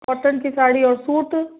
cotton की साड़ी और suit